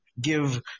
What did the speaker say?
give